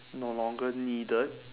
no longer needed